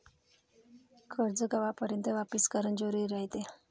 कर्ज कवापर्यंत वापिस करन जरुरी रायते?